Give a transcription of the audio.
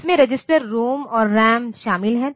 इसमें register ROM और RAM शामिल हैं